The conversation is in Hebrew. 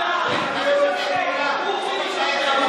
הוא חילול השם.